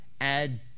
add